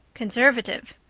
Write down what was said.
conservative,